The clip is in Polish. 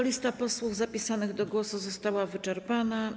Lista posłów zapisanych do głosu została wyczerpana.